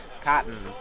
cotton